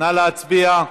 נא להצביע.